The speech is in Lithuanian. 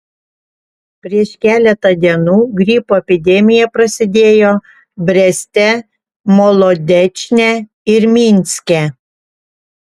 prieš keletą dienų gripo epidemija prasidėjo breste molodečne ir minske